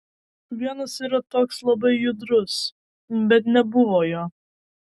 vienas yra toks labai judrus bet nebuvo jo